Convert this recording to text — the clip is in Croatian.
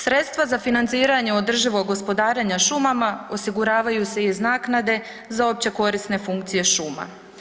Sredstava za financiranje održivog gospodarenja šumama osiguravaju se iz naknade za općekorisne funkcije šuma.